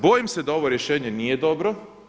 Bojim se da ovo rješenje nije dobro.